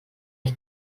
ich